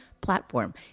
platform